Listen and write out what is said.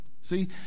see